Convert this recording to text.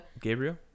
Gabriel